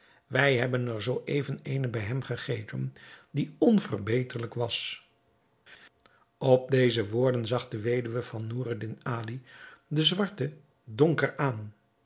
wij hebben er zoo even eene bij hem gegeten die onverbeterlijk was op deze woorden zag de weduwe van noureddin ali den zwarte donker aan